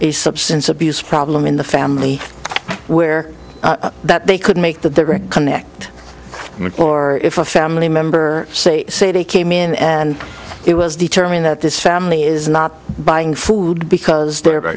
a substance abuse problem in the family where that they could make the connect for if a family member say say they came in and it was determined that this family is not buying food because they're